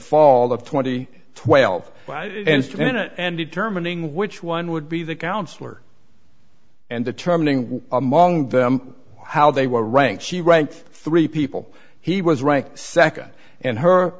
fall of twenty twelfth and determining which one would be the counselor and determining among them how they were ranked she ranked three people he was ranked second and her